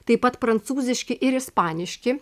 taip pat prancūziški ir ispaniški